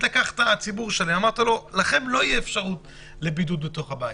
לוקח ציבור שלם ואומר לו שלא תהיה לו אפשרות לבידוד בתוך הבית.